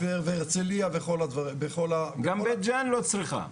והרצליה ובכל --- גם בית ג'ן לא צריכה.